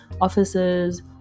offices